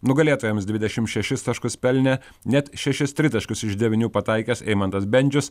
nugalėtojams dvidešim šešis taškus pelnė net šešis tritaškius iš devynių pataikęs eimantas bendžius